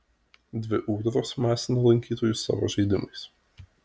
dvi ūdros masina lankytojus savo žaidimais